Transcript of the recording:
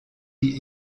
die